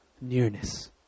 nearness